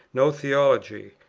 no theology.